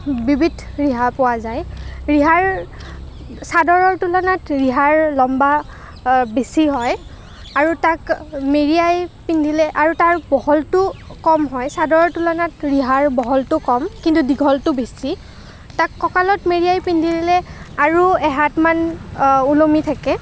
বিবিধ ৰিহা পোৱা যায় ৰিহাৰ চাদৰৰ তুলনাত ৰিহাৰ লম্বা বেছি হয় আৰু তাক মেৰিয়াই পিন্ধিলে আৰু তাৰ বহলতোও কম হয় চাদৰৰ তুলনাত ৰিহাৰ বহলতো কম কিন্তু দীঘলটো বেছি তাক কঁকালত মেৰিয়াই পিন্ধিলে আৰু এহাতমান ওলমি থাকে